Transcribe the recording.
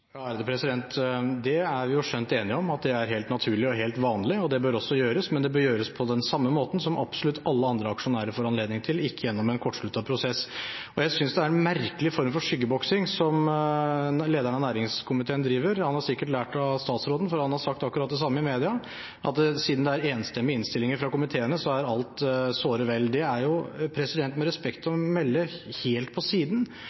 er vi jo skjønt enige om at det er helt naturlig og helt vanlig, og det bør også gjøres, men det bør gjøres på den samme måten som absolutt alle andre aksjonærer får anledning til, ikke gjennom en kortsluttet prosess. Jeg synes det er en merkelig form for skyggeboksing som lederen av næringskomiteen driver. Han har sikkert lært av statsråden, for han har sagt akkurat det samme i media, at siden det er enstemmige innstillinger fra komiteene, så er alt såre vel. Det er – med respekt å melde – helt på siden.